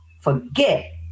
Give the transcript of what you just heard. forget